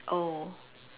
oh